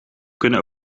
kunnen